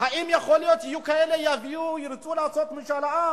האם יכול להיות שיהיו כאלה שירצו לעשות משאל עם